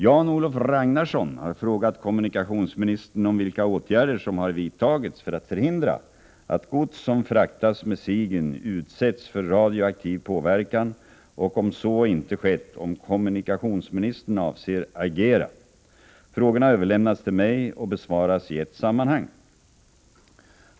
Jan-Olof Ragnarsson har frågat kommunikationsministern om vilka åtgärder som har vidtagits för att förhindra att gods som fraktas med Sigyn utsätts för radioaktiv påverkan och, om så inte skett, om kommunikationsministern avser att agera. Frågorna har överlämnats till mig och besvaras i ett sammanhang.